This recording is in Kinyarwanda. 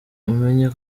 mumenye